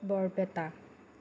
Barpeta